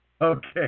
Okay